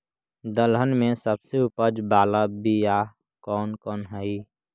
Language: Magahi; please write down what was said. दलहन में सबसे उपज बाला बियाह कौन कौन हइ?